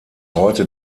heute